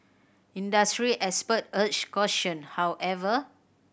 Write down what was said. industry expert urged caution however